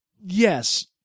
Yes